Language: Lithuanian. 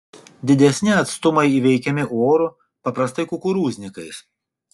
didesni atstumai įveikiami oru paprastai kukurūznikais